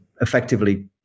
effectively